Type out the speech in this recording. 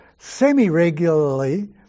semi-regularly